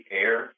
air